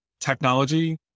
technology